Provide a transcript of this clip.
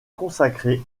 consacrer